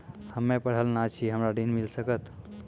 हम्मे पढ़ल न छी हमरा ऋण मिल सकत?